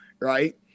right